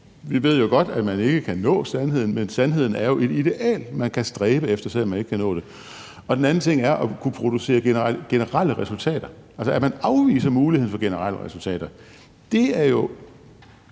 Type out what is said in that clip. Vi ved jo godt, at man ikke kan nå sandheden, men sandheden er jo et ideal, man kan stræbe efter, selv om man ikke kan nå det. Den anden ting er at kunne producere generelle resultater. Altså, at man afviser muligheden for generelle resultater, er jo